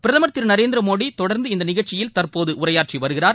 பிரதமர் திரு நரேந்திரமோடி தொடர்ந்து இந்த நிகழ்ச்சியில் தற்போது உரையாற்றி வருகிறார்